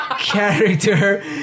character